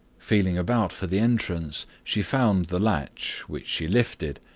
feeling about for the entrance she found the latch, which she lifted,